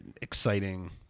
exciting